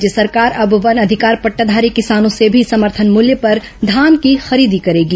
राज्य सरकार अब वन अधिकार पट्टाधारी किसानों से भी समर्थन मूल्य पर धान की खरीदी करेगी